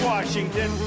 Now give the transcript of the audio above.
Washington